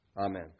Amen